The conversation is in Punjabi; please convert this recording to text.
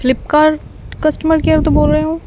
ਫਲਿਪਕਾਰ ਕਸਟਮਰ ਕੇਅਰ ਤੋਂ ਬੋਲ ਰਹੇ ਹੋ